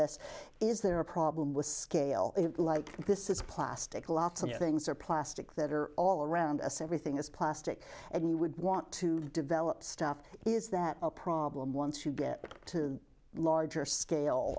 this is there a problem with scale like this is plastic lots of things are plastic that are all around us everything is plastic and we would want to develop stuff is that a problem once you get to larger scale